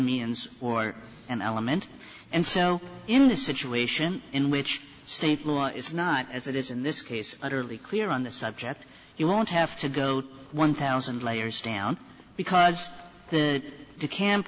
means or an element and so in the situation in which state law is not as it is in this case utterly clear on the subject you won't have to go to one thousand layers down because the